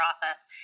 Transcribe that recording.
process